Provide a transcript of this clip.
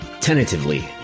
tentatively